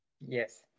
Yes